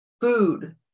food